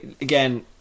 again